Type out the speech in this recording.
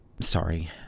Sorry